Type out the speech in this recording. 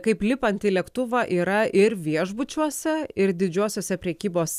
kaip lipant į lėktuvą yra ir viešbučiuose ir didžiuosiuose prekybos